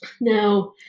Now